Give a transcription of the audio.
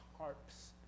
harps